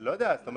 הוא יבקש.